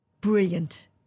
Brilliant